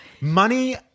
Money